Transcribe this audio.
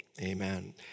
Amen